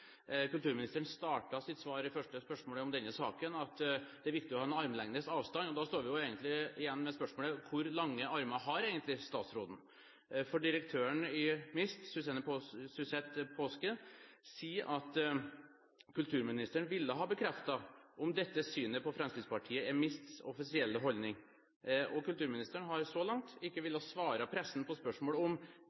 Kulturministeren startet sitt svar på første spørsmålet om denne saken med at det er viktig å ha «armlengdes avstand». Da står vi egentlig igjen med spørsmålet: Hvor lange armer har egentlig statsråden? Direktøren i MiST, Suzette Paasche, sier at kulturministeren ville ha bekreftet om dette synet på Fremskrittspartiet er MiSTs offisielle holdning. Kulturministeren har så langt ikke villet svare pressen på spørsmålet om